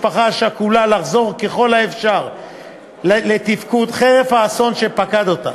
משפחה השכולה לחזור ככל האפשר לתפקוד חרף האסון שפקד אותם,